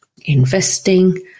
investing